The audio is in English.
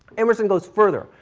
emerson goes further.